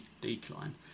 decline